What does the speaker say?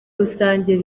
rusange